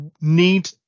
need